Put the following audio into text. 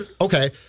okay